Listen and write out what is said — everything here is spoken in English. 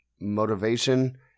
motivation